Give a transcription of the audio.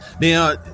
Now